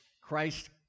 Christ